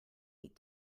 eat